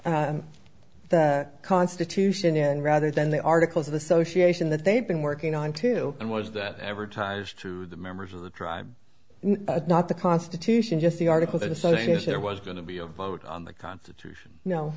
these constitution in rather than the articles of association that they've been working on to and was that ever ties to the members of the tribe not the constitution just the article that associates there was going to be a vote on the constitution